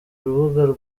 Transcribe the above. urubuga